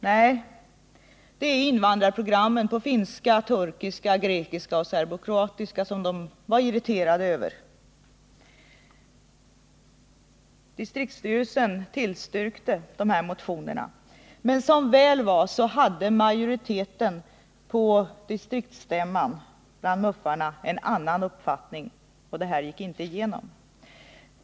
Nej, det är invandrarprogrammen på finska, turkiska, grekiska och serbokroatiska som de är irriterade över. Distriktsstyrelsen tillstyrkte motionen, men som väl var hade majoriteten på distriktsstämman en annan uppfattning, och motionen gick inte igenom.